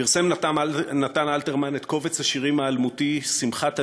פרסם נתן אלתרמן את קובץ השירים האלמותי "שמחת עניים".